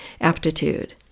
aptitude